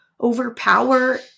overpower